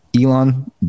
elon